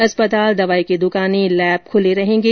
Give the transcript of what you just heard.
अस्पताल दवाई की दुकानें लैब भी खुले रहेंगे